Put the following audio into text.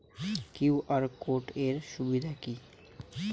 QR code এর সুবিধা কি?